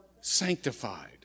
sanctified